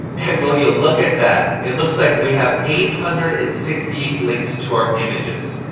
and will you look at that. it looks like we have eight hundred and sixty eight links to our images.